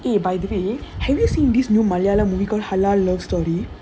eh by the way have you seen this new malayalaam movie called halal love story